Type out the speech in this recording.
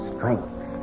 Strength